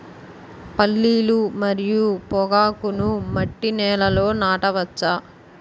పల్లీలు మరియు పొగాకును మట్టి నేలల్లో నాట వచ్చా?